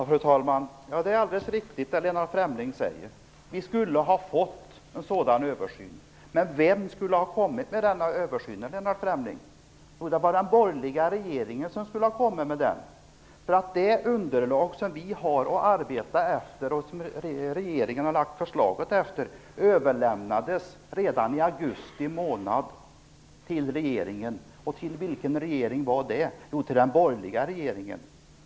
Fru talman! Vad Lennart Fremling säger är alldeles riktigt. Vi skulle ha fått en sådan översyn. Men vem skulle ha kommit med denna översyn, Lennart Fremling? Jo, den borgerliga regeringen. Det underlag som vi har att arbeta efter, och det är utifrån detta underlag som regeringen lagt sitt förslag, överlämnades redan i augusti månad till regeringen. Till vilken regering? Jo, till den borgerliga regeringen.